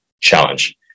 challenge